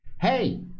Hey